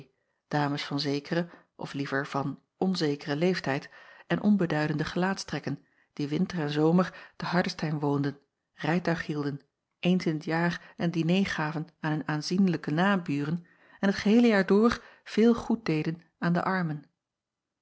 dames van zekeren of liever van onzekeren leeftijd en onbeduidende gelaatstrekken die winter en zomer te ardestein woonden rijtuig hielden eens in t jaar een diner gaven aan hun aanzienlijke naburen en t geheele jaar door veel goed deden aan de armen